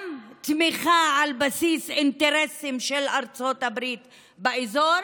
גם תמיכה על בסיס אינטרסים של ארצות הברית באזור